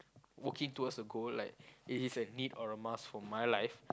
working towards the goal like it is a need or a must for my life